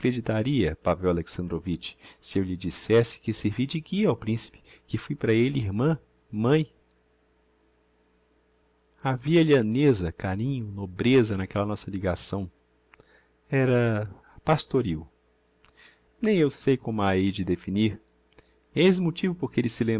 acreditaria pavel alexandrovitch se eu lhe dissesse que servi de guia ao principe que fui para elle irmã mãe havia lhaneza carinho nobreza n'aquella nossa ligação era pastoril nem eu sei como a hei de definir eis o motivo porque elle se